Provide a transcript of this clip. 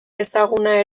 ezaguna